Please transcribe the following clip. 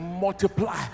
multiply